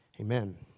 Amen